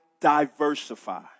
diversify